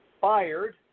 fired